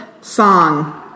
song